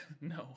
No